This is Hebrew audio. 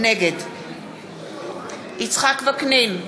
נגד יצחק וקנין,